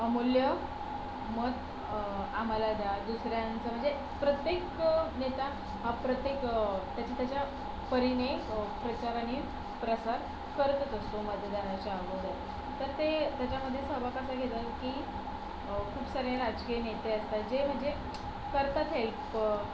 अमूल्य मत आम्हाला द्या दुसऱ्यांचं म्हणजे प्रत्येक नेता हा प्रत्येक त्याच्या त्याच्यापरीने प्रचाराने प्रसार करतच असतो मतदानाच्या अगोदर तर ते त्याच्यामध्ये स्वभाव कसं घेतात की खूप सारे राजकीय नेते असतात जे म्हणजे करतात हेल्प